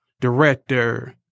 director